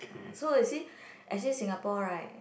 ah so you see actually Singapore right